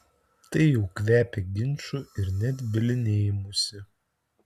tai jau kvepia ginču ir net bylinėjimusi